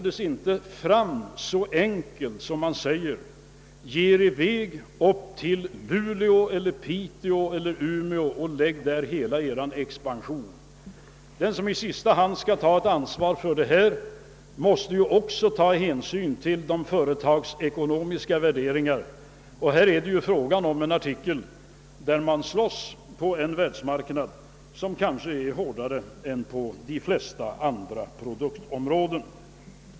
Det är alltså inte så enkelt som att säga: Ge er i väg upp till Luleå, Piteå eller Umeå och förlägg hela expansionen dit. Den som i sista hand skall bära ansvaret måste ju också göra företagsekonomiska värderingar, och här rör det ju sig om en artikel för vilken man slåss på en världsmarknad som kanske är hårdare än beträffande de flesta andra produkter.